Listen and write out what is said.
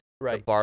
Right